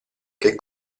che